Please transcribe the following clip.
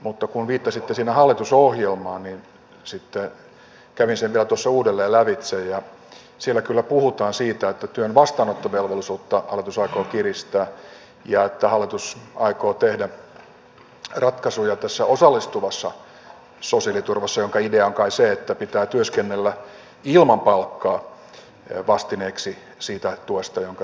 mutta kun viittasitte siinä hallitusohjelmaan niin sitten kävin sen vielä tuossa uudelleen lävitse ja siellä kyllä puhutaan siitä että työn vastaanottovelvollisuutta hallitus aikoo kiristää ja että hallitus aikoo tehdä ratkaisuja tässä osallistavassa sosiaaliturvassa jonka idea on kai että pitää työskennellä ilman palkkaa vastineeksi siitä tuesta jonka saa